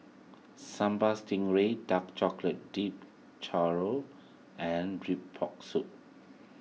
Sambal Stingray Dark Chocolate Dipped Churro and Rib Pork Soup